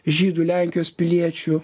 žydų lenkijos piliečių